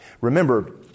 Remember